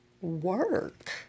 work